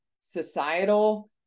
societal